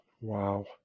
wow